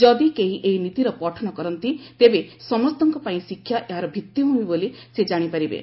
ଯଦି କେହି ଏହି ନୀତିର ପଠନ କରନ୍ତି ତେବେ ସମସ୍ତଙ୍କ ପାଇଁ ଶିକ୍ଷା ଏହାର ଭିଭିଭ୍ମି ବୋଲି ସେ ଜାଶିପାରିବେ